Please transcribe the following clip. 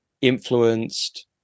influenced